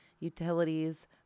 utilities